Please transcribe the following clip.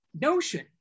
notion